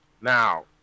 now